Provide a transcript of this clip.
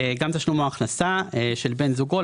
גם תשלום או הכנסה של בן זוגו,